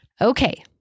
Okay